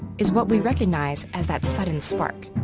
is what we recognize as that sudden spark.